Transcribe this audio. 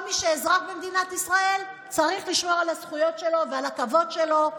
כל מי שאזרח במדינת ישראל צריך לשמור על הזכויות שלו ועל הכבוד שלו,